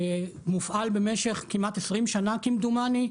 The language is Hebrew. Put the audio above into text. שמופעל במשך כמעט 20 שנה כמדומני,